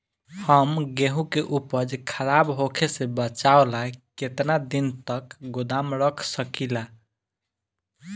हम गेहूं के उपज खराब होखे से बचाव ला केतना दिन तक गोदाम रख सकी ला?